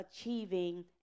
achieving